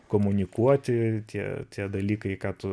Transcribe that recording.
komunikuoti tie tie dalykai ką tu